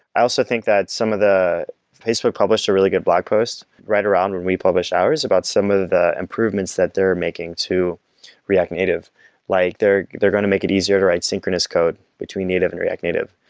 i also think that some of the facebook published a really good blog post right around when we publish ours, about some of the improvements that they're making to react native like they're they're going to make it easier to write synchronous code between native and react native.